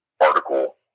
article